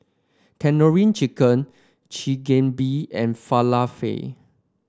Tandoori Chicken Chigenabe and Falafel